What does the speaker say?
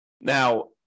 Now